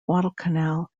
guadalcanal